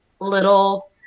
little